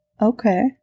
Okay